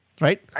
Right